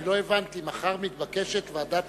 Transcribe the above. אני לא הבנתי, מחר מתבקשת ועדת